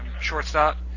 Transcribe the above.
shortstop